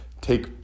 take